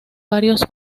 varios